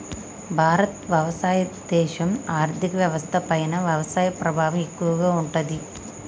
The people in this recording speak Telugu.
భారత్ వ్యవసాయ దేశం, ఆర్థిక వ్యవస్థ పైన వ్యవసాయ ప్రభావం ఎక్కువగా ఉంటది